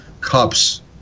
cups